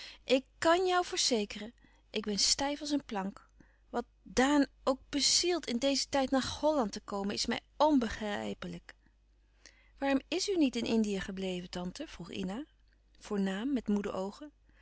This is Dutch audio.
ik kan joù versekeren ik ben stijf als een plank wat ddaan dan ook besielt in desen tijd naar gholland te komen is mij onbehrijpelijk waarom is u niet in indië gebleven tante vroeg ina voornaam met moede oogen